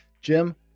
Jim